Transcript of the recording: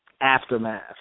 aftermath